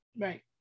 right